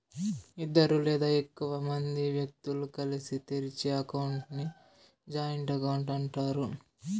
ఇద్దరు లేదా ఎక్కువ మంది వ్యక్తులు కలిసి తెరిచే అకౌంట్ ని జాయింట్ అకౌంట్ అంటారు